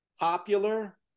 popular